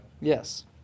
Yes